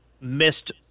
missed